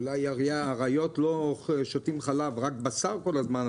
אולי אריות לא שותים חלב, רק בשר כל הזמן.